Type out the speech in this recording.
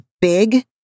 big